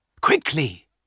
Quickly